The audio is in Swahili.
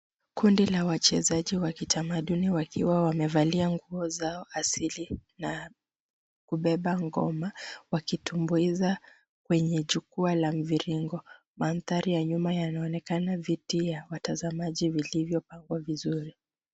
Kundi la wachezaji wa kitamaduni wakiwa wamevalia nguo zao asili na kubeba ngoma ,wakitumbuiza kwenye jukwaa la mviringo. Manthari ya nyuma yanaonekana, viti ya watazamaji vilivyopangwa vizuri.